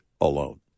alone